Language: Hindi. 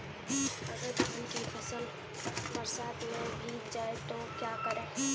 अगर धान की फसल बरसात में भीग जाए तो क्या करें?